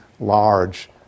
large